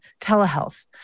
telehealth